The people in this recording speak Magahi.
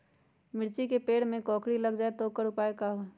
मिर्ची के पेड़ में कोकरी लग जाये त वोकर उपाय का होई?